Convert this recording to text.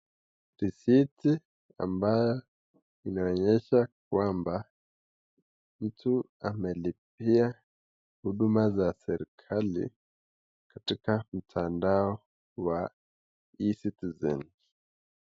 Risiti ambayo inaonyesha kwamba mtu amelipia huduma za serikali katika mtandao wa E-citizen.